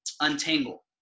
untangle